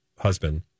husband